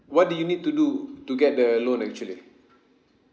what do you need to do to get the loan actually